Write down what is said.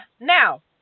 Now